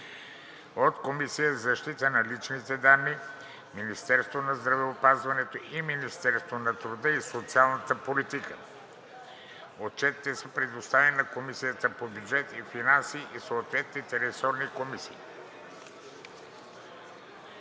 от Комисията за защита на личните данни, Министерството на здравеопазването и Министерството на труда и социалната политика. Отчетите са предоставени на Комисията по бюджет и финанси и съответните ресорни комисии.